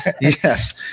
Yes